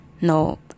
no